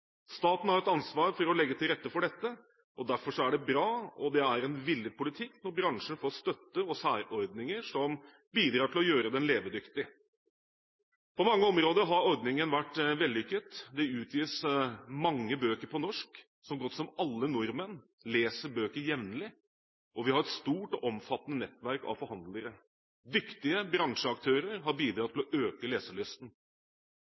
Staten har et ansvar for å legge til rette for dette, og derfor er det bra og en villet politikk når bransjen får støtte og særordninger som bidrar til å gjøre den levedyktig. På mange områder har ordningen vært vellykket. Det utgis mange bøker på norsk. Så godt som alle nordmenn leser jevnlig bøker, og vi har et stort og omfattende nettverk av forhandlere. Dyktige bransjeaktører har bidratt